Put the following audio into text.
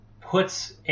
puts